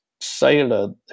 sailor